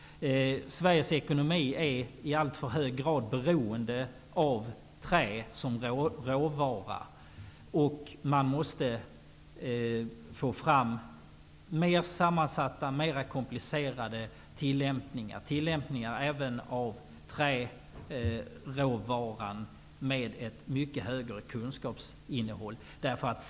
Sveriges ekonomi är i alltför hög grad beroende av trä som råvara. Man måste få fram mer sammansatta och mer komplicerade tillämpningar med ett mycket högre kunskapsinnehåll även vad gäller träråvaran.